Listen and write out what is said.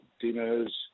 dinners